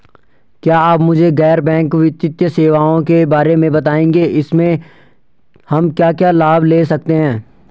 क्या आप मुझे गैर बैंक वित्तीय सेवाओं के बारे में बताएँगे इसमें हम क्या क्या लाभ ले सकते हैं?